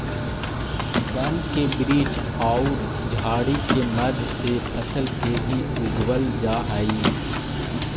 वन के वृक्ष औउर झाड़ि के मध्य से फसल के भी उगवल जा हई